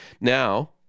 Now